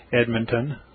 Edmonton